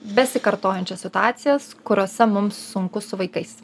besikartojančias situacijas kuriose mums sunku su vaikais